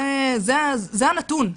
זה הנתון,